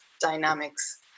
dynamics